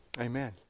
Amen